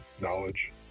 knowledge